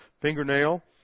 fingernail